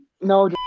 No